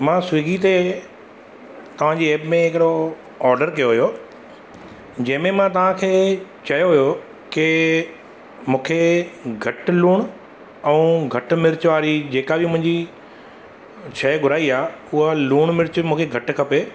मां स्विगी ते तव्हांजी एप में हिकिड़ो ऑडर कयो हुओ जंहिंमे मां तव्हांखे चयो हुओ के मूंखे घटि लूणु ऐं घटि मिर्च वारी जेका बि मुंहिंजी शइ घुराई आहे उहा लूणु मिर्च मूंखे घटि खपे